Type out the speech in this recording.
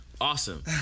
Awesome